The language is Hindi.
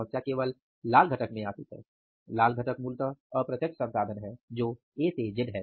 समस्या केवल लाल घटक में आती है लाल घटक मूलतः अप्रत्यक्ष संसाधन है जो ए से जेड है